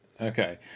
Okay